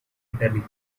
italy